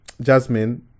Jasmine